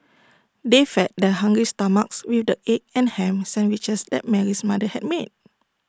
they fed their hungry stomachs with the egg and Ham Sandwiches that Mary's mother had made